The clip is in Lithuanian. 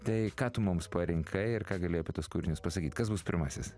tai ką tu mums parinkai ir ką gali apie tuos kūrinius pasakyt kas bus pirmasis